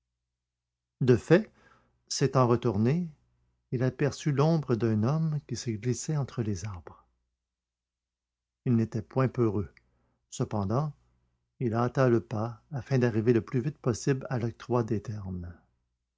de fait s'étant retourné il aperçut l'ombre d'un homme qui se glissait entre les arbres il n'était point peureux cependant il hâta le pas afin d'arriver le plus vite possible à l'octroi des ternes